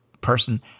person